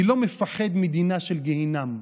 אני לא מפחד מדינה של גיהינום,